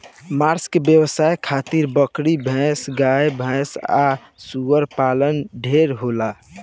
मांस के व्यवसाय खातिर बकरी, भेड़, गाय भैस आ सूअर पालन ढेरे होला